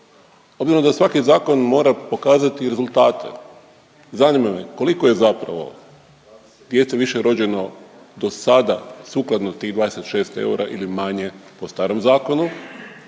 Obzirom da svaki zakon mora pokazati rezultate zanima me koliko je zapravo djece više rođeno do sada sukladno tih 26 eura ili manje po starom zakonu?